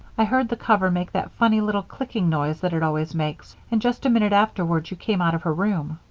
i heard the cover make that funny little clicking noise that it always makes, and just a minute afterward you came out of her room.